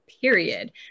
period